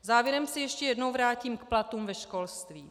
Závěrem se ještě jednou vrátím k platům ve školství.